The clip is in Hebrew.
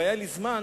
אם היה לי זמן